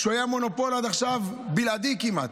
שהוא היה מונופול עד עכשיו, בלעדי כמעט.